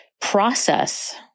process